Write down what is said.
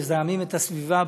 מזהמים את הסביבה,